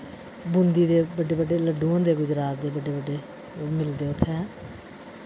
बूंदी दे बड्डे बड्डे लड्डू होंदे गुजरात दे बड्डे बड्डे ओह् मिलदे उत्थै